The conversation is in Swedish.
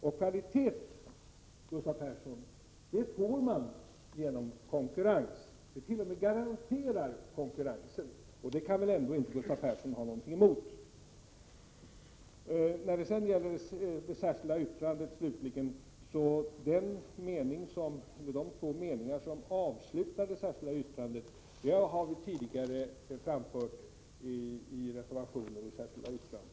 Och kvalitet, Gustav Persson, får man genom konkurrens — kvaliteten garanteras t.o.m. av konkurrens. Det kan väl Gustav Persson inte ha något emot. De två sista meningarna i det särskilda yttrandet har vi tidigare framfört i reservationer och särskilda yttranden.